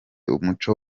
umuco